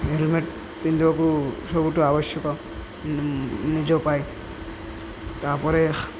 helmet ପିନ୍ଧିବାକୁ ସବୁଠୁ ଆବଶ୍ୟକ ନିଜ ପାଏ ତା'ପରେ